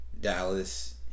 Dallas